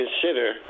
consider